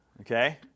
Okay